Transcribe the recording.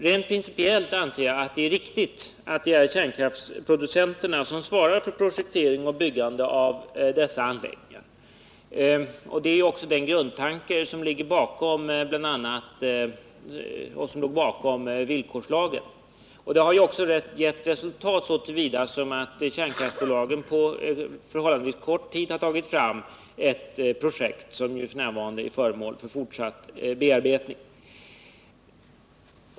Rent principiellt anser jag att det är riktigt att det är kärnkraftsproducenterna som svarar för projektering och byggande av dessa anläggningar. Det är också den grundtanke som låg bakom villkorslagen, och den har ju gett resultat så till vida att kärnkraftsbolagen på förhållandevis kort tid har tagit fram ett projekt, som f. n. är föremål för fortsatt bearbetning.